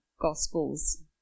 Gospels